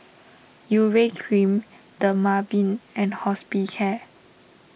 Urea Cream Dermaveen and Hospicare